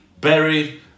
buried